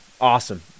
Awesome